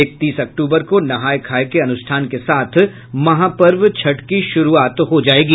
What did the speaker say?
इकतीस अक्टूबर को नहाय खाय के अनुष्ठान के साथ महापर्व छठ की शुरूआत हो जायेगी